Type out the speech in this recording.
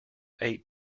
eight